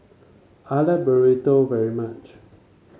I like Burrito very much